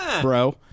bro